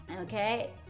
okay